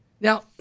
Now